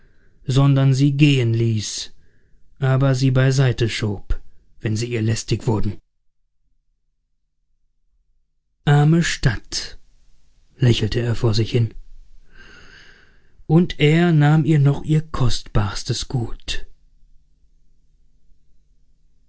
sondern sie gehen ließ aber sie bei seite schob wenn sie ihr lästig wurden arme stadt lächelte er vor sich hin und er nahm ihr noch ihr kostbarstes gut